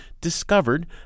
discovered